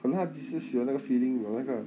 可能他只是喜欢那个 feeling 你懂那个